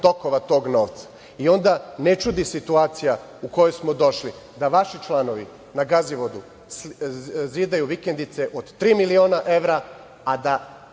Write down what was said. tokova tog novca. Onda ne čudi situacija u koju smo došli da vaši članovi na Gazivodu zidaju vikendice od tri miliona evra, a da